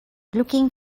looking